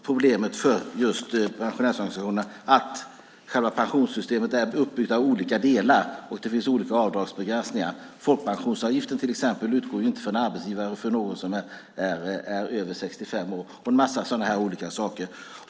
Problemet för pensionärsorganisationerna var i stället att pensionssystemet är uppbyggt av olika delar och att det finns olika avdragsbegränsningar. Folkpensionsavgiften till exempel utgår inte från arbetsgivaren för någon som är över 65 år och en massa sådana olika saker.